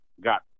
got –